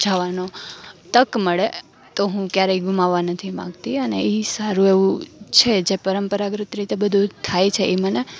જાવાનો તક મળે તો હું ક્યારેય ગુમાવવા નથી માગતી અને એ સારું એવું છે જે પરંપરાગત રીતે બધું થાય છે એ મને